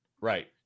Right